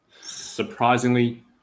Surprisingly